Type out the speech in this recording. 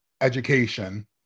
education